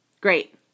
Great